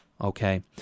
Okay